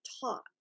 taught